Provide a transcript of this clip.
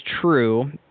true